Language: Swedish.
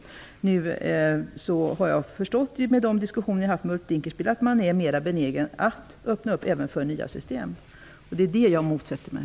I de diskussioner jag har haft med Ulf Dinkelspiel har jag förstått att man är mer benägen att öppna även för nya system. Det är det jag motsätter mig.